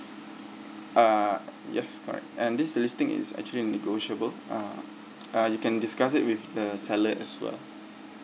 uh yes correct and this listing is actually negotiable uh uh you can discuss it with the seller as well